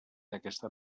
d’aquesta